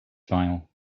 file